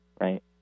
right